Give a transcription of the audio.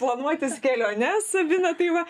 planuotis keliones sabina tai va